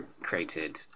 created